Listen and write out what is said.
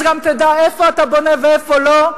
אז גם תדע איפה אתה בונה ואיפה לא,